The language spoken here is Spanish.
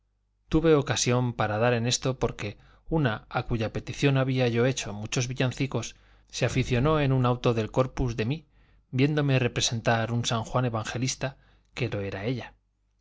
tuve ocasión para dar en esto porque una a cuya petición había yo hecho muchos villancicos se aficionó en un auto del corpus de mí viéndome representar un san juan evangelista que lo era ella regalábame la